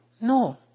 No